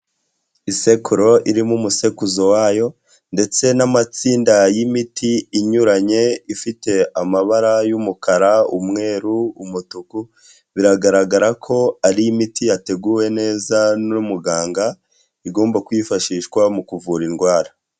Isekuru irimo umusekuzo wayo ndetse n'amatsinda y'imiti inyuranye ifite amabara y'umukara, umweru, umutuku, biragaragara ko ari imiti yateguwe neza n' muganga, igomba kwifashishwa mu kuvura indwara.